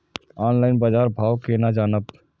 Online बाजार भाव केना जानब?